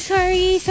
Sorry